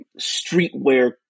streetwear